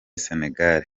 senegal